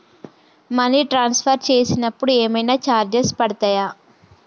Money transfer చేసినప్పుడు ఏమైనా charges పడతయా?